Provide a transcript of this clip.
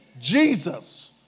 Jesus